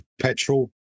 petrol